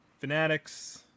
Fanatics